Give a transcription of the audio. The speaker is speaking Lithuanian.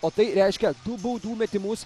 o tai reiškia du baudų metimus